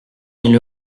mille